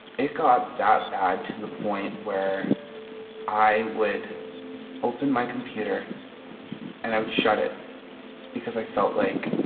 it got that bad to the point where i would open my computer and i would shut it because i felt, like,